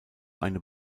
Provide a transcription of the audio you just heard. eine